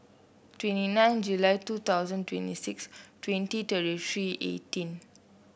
twenty nine July two thousand twenty six twenty thirty three eighteen